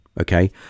okay